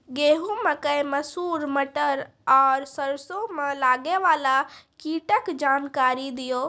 गेहूँ, मकई, मसूर, मटर आर सरसों मे लागै वाला कीटक जानकरी दियो?